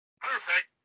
Perfect